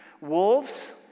Wolves